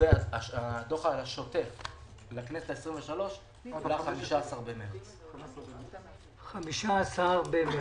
והדוח השוטף לכנסת ה-23 15.3. משפט, בבקשה.